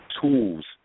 tools